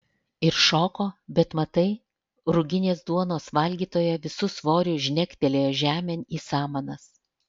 ir šoko bet matai ruginės duonos valgytoja visu svoriu žnegtelėjo žemėn į samanas